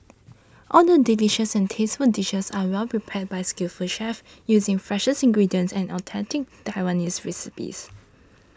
all the delicious and tasteful dishes are well prepared by its skillful chefs using freshest ingredients and authentic Taiwanese recipes